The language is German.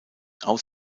aus